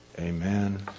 amen